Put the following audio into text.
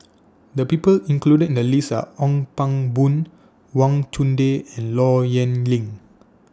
The People included in The list Are Ong Pang Boon Wang Chunde and Low Yen Ling